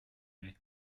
mai